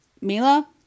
Mila